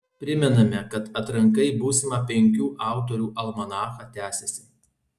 primename kad atranka į būsimą penkių autorių almanachą tęsiasi